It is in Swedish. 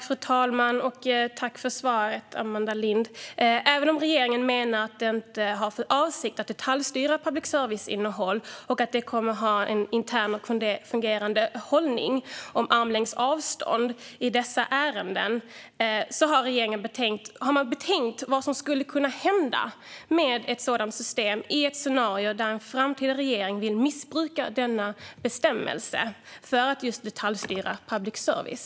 Fru talman! Tack för svaret, Amanda Lind! Regeringen menar att man inte har för avsikt att detaljstyra public services innehåll och att man kommer att ha en intern och fungerande hållning om armlängds avstånd i dessa ärenden. Men har man tänkt igenom vad som skulle kunna hända med ett sådant system i ett scenario där en framtida regering vill missbruka denna bestämmelse för att just detaljstyra public service?